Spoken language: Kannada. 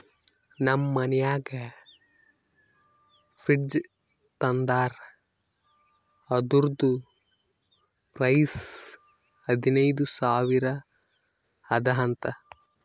ನಮ್ ಮನ್ಯಾಗ ಫ್ರಿಡ್ಜ್ ತಂದಾರ್ ಅದುರ್ದು ಪ್ರೈಸ್ ಹದಿನೈದು ಸಾವಿರ ಅದ ಅಂತ